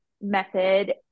method